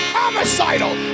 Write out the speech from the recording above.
homicidal